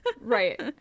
Right